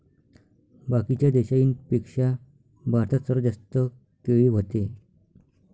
बाकीच्या देशाइंपेक्षा भारतात सर्वात जास्त केळी व्हते